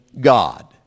God